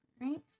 Right